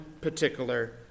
particular